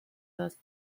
first